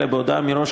אלא בהודעה מראש,